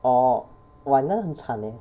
orh !wah! 那个很惨 leh